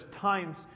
times